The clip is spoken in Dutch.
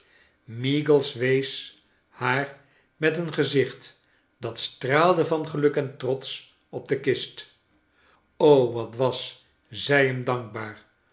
meagles wees haar met een gezichtj dat straalde van geluk en trots op de kist o wat was zij hem dankbaar